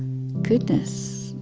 goodness.